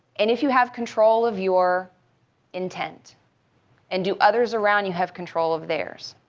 and if you have control of your intent and do others around you have control of theirs?